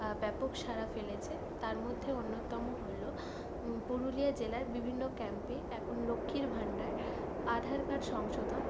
ব্যাপক সাড়া ফেলেছে তার মধ্যে অন্যতম হল পুরুলিয়া জেলার বিভিন্ন ক্যাম্পে এখন লক্ষ্মীর ভান্ডার আধার কার্ড সংশোধন